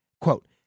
Quote